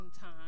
time